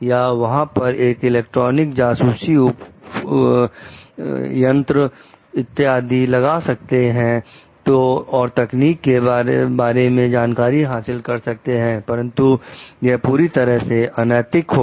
या वहां पर एक इलेक्ट्रॉनिक जासूसी उपेंद्र इत्यादि लगा सकते हैं और तकनीक के बारे में जानकारी हासिल कर सकते हैं परंतु यह पूरी तरीके से अनैतिक होगा